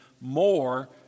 more